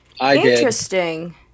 Interesting